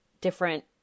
different